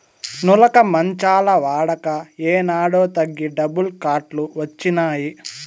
నులక మంచాల వాడక ఏనాడో తగ్గి డబుల్ కాట్ లు వచ్చినాయి